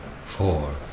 Four